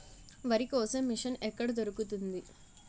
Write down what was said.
వరి కోసే మిషన్ ఎక్కడ దొరుకుతుంది?